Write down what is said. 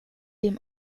dem